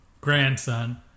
grandson